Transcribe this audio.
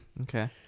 okay